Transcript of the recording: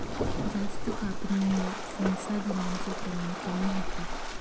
जास्त कापणीमुळे संसाधनांचे प्रमाण कमी होते